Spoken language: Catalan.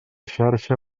xarxa